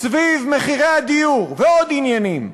סביב מחירי הדיור ועוד עניינים.